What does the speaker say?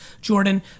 Jordan